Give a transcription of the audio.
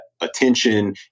attention